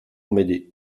m’aider